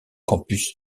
campus